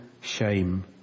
shame